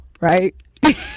right